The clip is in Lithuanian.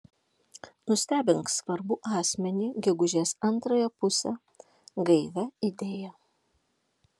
nustebink svarbų asmenį gegužės antrąją pusę gaivia idėja